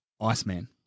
Iceman